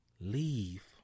leave